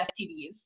STDs